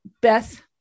Beth